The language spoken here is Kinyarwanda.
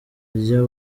rya